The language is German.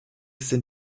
sind